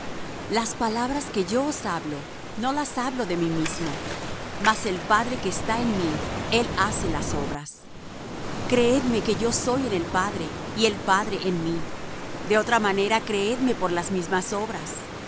las palabras que yo os hablo no las hablo de mí mismo mas el padre que está en mí él hace las obras creedme que yo soy en el padre y el padre en mí de otra manera creedme por las mismas obras